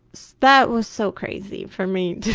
so that was so crazy for me to